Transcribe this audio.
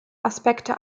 aspekte